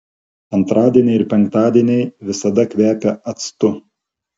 antradieniai ir penktadieniai visada kvepia actu